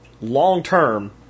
long-term